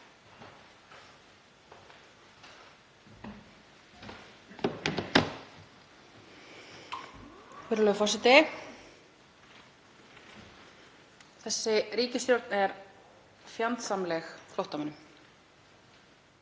Virðulegur forseti. Þessi ríkisstjórn er fjandsamleg flóttamönnum.